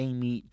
Amy